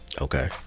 Okay